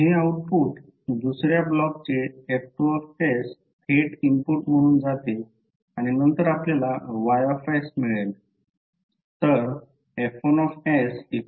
हे आउटपुट दुसर्या ब्लॉकचे F2 थेट इनपुट म्हणून जाते आणि नंतर आपल्याला Y मिळेल